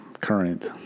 current